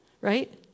right